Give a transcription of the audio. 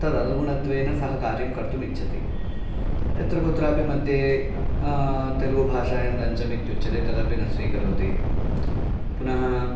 तदनुगुणत्वेन सः कार्यं कर्तुम् इच्छति यत्र कुत्रापि मध्ये तेलुगु भाषायां लञ्चमित्युच्यते तदपि न स्वीकरोति पुनः